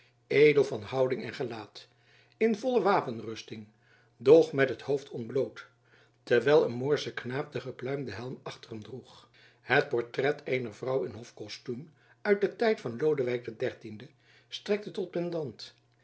edel van houding en gelaat in volle wapenrusting doch met het hoofd ontbloot terwijl een moorsche knaap den gepluimden helm achter hem droeg het portret eener vrouw in hofkostuum uit den tijd van lodewijk xiii strekte tot pendant en